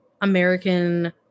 American